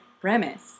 premise